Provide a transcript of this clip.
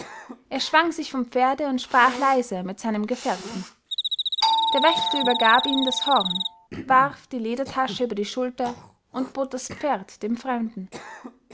er schwang sich vom pferde und sprach leise mit seinem gefährten der wächter übergab ihm das horn warf die ledertasche über die schulter und bot das pferd dem fremden